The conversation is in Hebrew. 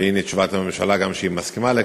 והנה, תשובת הממשלה, שהיא גם מסכימה לכך.